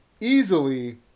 easily